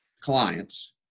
clients